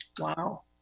Wow